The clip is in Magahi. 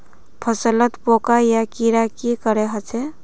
फसलोत पोका या कीड़ा की करे होचे?